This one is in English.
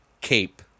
cape